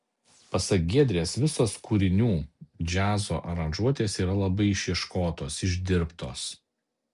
pasak giedrės visos kūrinių džiazo aranžuotės yra labai išieškotos išdirbtos